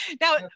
Now